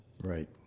Right